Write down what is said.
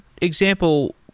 example